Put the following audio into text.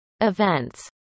events